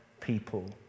people